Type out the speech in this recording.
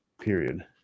Period